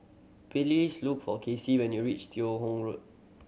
look for Casie when you reach Teo Hong Road